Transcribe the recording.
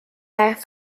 haar